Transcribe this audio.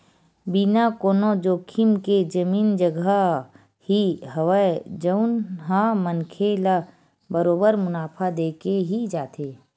बिना कोनो जोखिम के जमीन जघा ही हवय जउन ह मनखे ल बरोबर मुनाफा देके ही जाथे